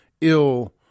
ill